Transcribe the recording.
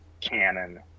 canon